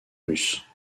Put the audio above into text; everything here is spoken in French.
russe